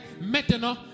Maintenant